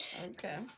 Okay